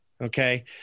okay